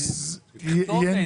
תכתובת,